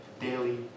daily